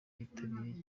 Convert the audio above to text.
yitabiriye